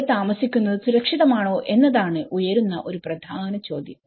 അവിടെ താമസിക്കുന്നത് സുരക്ഷിതമാണോ എന്നതാണ് ഉയരുന്ന ഒരു പ്രധാന ചോദ്യം